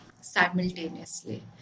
simultaneously